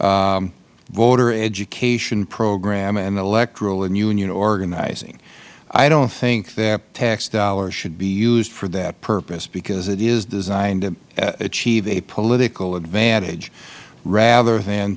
organizers voter education program and electoral and union organizing i don't think that tax dollars should be used for that purpose because it is designed to achieve a political advantage rather than